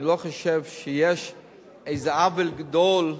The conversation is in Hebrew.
אני לא חושב שיש איזה עוול גדול,